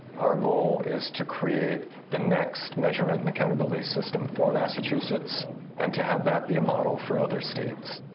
our goal is to create the next measurement and accountability system for massachusetts and to have that be a model for other states.